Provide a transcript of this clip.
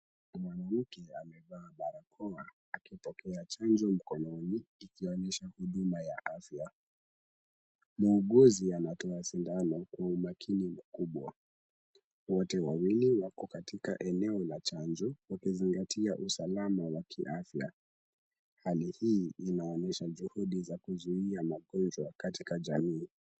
Mwanamke amevaa barakoa akipokea chanjo mkononi, ikionyesha huduma ya afya. Muuguzi anatoa sindano kwa umakini mkubwa. Wote wawili wako katika eneo la chanjo, wakizingatia usalama wa kiafya. Hali hii inaonyesha juhudi za kuzuia magonjwa katika jamii.